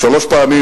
שלוש פעמים